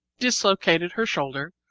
dislocated her shoulder.